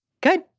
Good